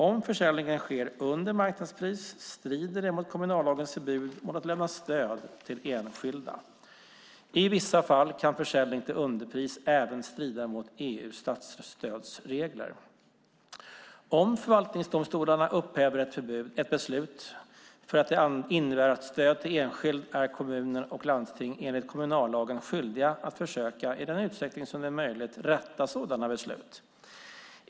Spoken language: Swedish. Om försäljningen sker under marknadspris strider det mot kommunallagens förbud mot att lämna stöd till enskilda. I vissa fall kan försäljning till underpris även strida mot EU:s statsstödsregler. Om förvaltningsdomstolarna upphäver ett beslut för att det innebär stöd till enskild är kommuner och landsting enligt kommunallagen skyldiga att försöka, i den utsträckning som det är möjligt, rätta sådana beslut.